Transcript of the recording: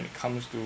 that comes to